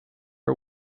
are